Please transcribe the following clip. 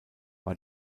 war